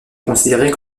considérer